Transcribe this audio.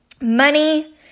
money